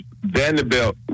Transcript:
Vanderbilt